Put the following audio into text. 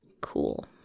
Cool